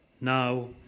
Now